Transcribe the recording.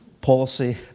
policy